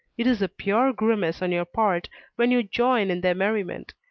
it is a pure grimace on your part when you join in their merriment,